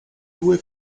due